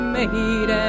made